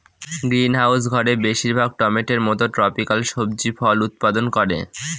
greenhouse ঘরে বেশির ভাগ টমেটোর মত ট্রপিকাল সবজি ফল উৎপাদন করে